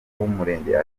w’umurenge